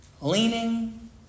leaning